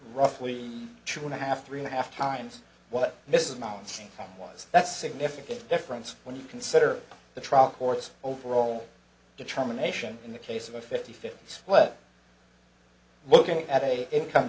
roughly two and a half three and a half times what mrs announcing was that's significant difference when you consider the trial court's overall determination in the case of a fifty fifty split looking at a income